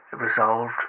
resolved